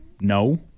no